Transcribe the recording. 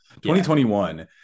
2021